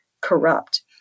corrupt